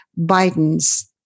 Bidens